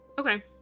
Okay